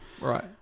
Right